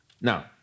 Now